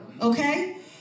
Okay